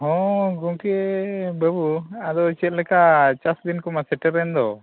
ᱦᱳᱭ ᱜᱚᱢᱠᱮ ᱵᱟᱹᱵᱩ ᱪᱮᱫᱞᱮᱠᱟ ᱪᱟᱥ ᱫᱤᱱ ᱠᱚᱢᱟ ᱥᱮᱴᱮᱨᱚᱱ ᱫᱚ